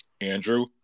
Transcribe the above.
Andrew